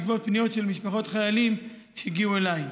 בעקבות פניות של משפחות חיילים שהגיעו אליי.